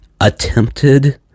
attempted